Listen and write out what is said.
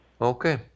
Okay